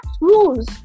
rules